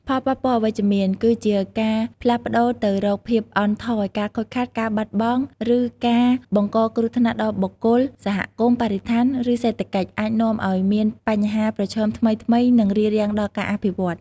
ផលប៉ះពាល់អវិជ្ជមាន វាគឺជាការផ្លាស់ប្តូរទៅរកភាពអន់ថយ ការខូចខាត ការបាត់បង់ ឬការបង្កគ្រោះថ្នាក់ដល់បុគ្គល សហគមន៍ បរិស្ថាន ឬសេដ្ឋកិច្ច អាចនាំឱ្យមានបញ្ហាប្រឈមថ្មីៗ និងរារាំងដល់ការអភិវឌ្ឍ។